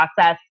process